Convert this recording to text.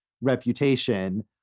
reputation